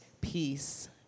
peace